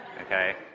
Okay